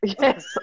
Yes